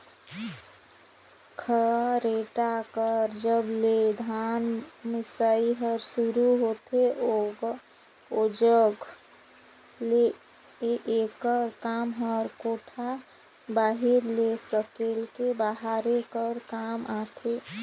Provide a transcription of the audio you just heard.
खरेटा कर जब ले धान मसई हर सुरू होथे ओजग ले एकर काम हर कोठार बाहिरे ले सकेले बहारे कर काम मे आथे